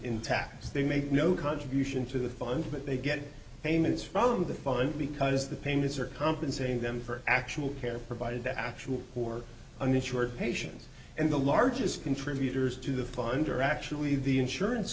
in taxes they make no contribution to the fund but they get payments from the fund because the payments are compensating them for actual care provided the actual who are uninsured patients and the largest contributors to the funder actually the insurance